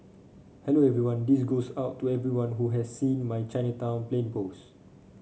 hello everyone this goes out to everyone who has seen my Chinatown plane post